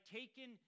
taken